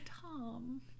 Tom